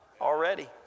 already